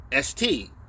st